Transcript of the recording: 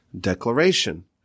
declaration